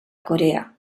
corea